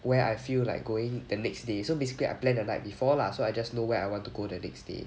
where I feel like going the next day so basically I plan the night before lah so I just know where I want to go the next day